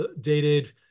dated